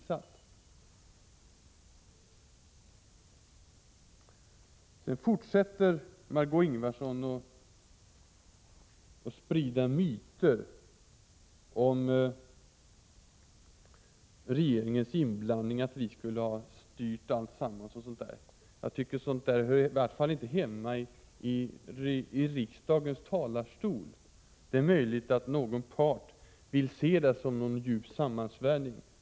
Sedan fortsätter Margé Ingvardsson att sprida myter om regeringens inblandning, att regeringen skulle ha styrt alltsammans osv. Jag tycker att sådant tal åtminstone inte hör hemma i riksdagens talarstol. Det är möjligt att någon part vill se det som någon djup sammansvärjning.